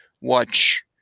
watch